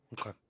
Okay